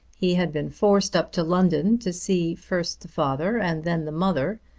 he had been forced up to london to see first the father and then the mother,